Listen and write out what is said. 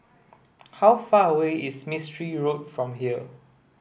how far away is Mistri Road from here